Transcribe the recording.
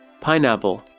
Pineapple